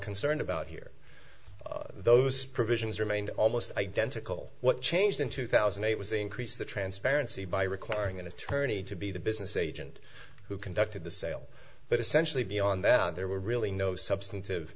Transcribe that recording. concerned about here those provisions remained almost identical what changed in two thousand and eight was increased the transparency by requiring an attorney to be the business agent who conducted the sale but essentially beyond that there were really no substantive